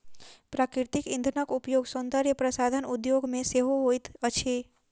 प्राकृतिक इंधनक उपयोग सौंदर्य प्रसाधन उद्योग मे सेहो होइत अछि